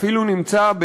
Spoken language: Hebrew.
אפילו נמצא,